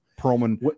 Perlman